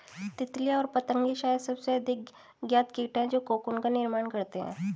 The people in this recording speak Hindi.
तितलियाँ और पतंगे शायद सबसे अधिक ज्ञात कीट हैं जो कोकून का निर्माण करते हैं